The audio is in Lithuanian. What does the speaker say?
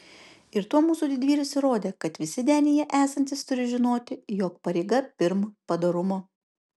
ir tuo mūsų didvyris įrodė kad visi denyje esantys turi žinoti jog pareiga pirm padorumo